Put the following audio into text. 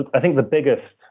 i think the biggest,